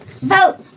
Vote